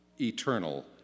eternal